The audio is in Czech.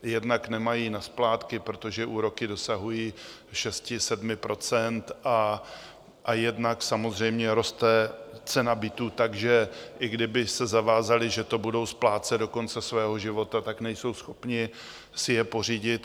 Jednak nemají na splátky, protože úroky dosahují 6, 7 %, a jednak samozřejmě roste cena bytů, takže i kdyby se zavázali, že to budou splácet do konce svého života, tak nejsou schopni si je pořídit.